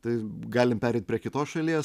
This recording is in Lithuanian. tai galim pereiti prie kitos šalies